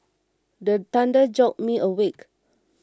the thunder jolt me awake